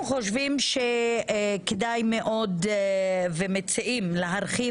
אנחנו חושבים שכדאי מאוד ומציעים להרחיב